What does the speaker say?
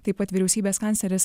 taip pat vyriausybės kancleris